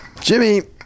Jimmy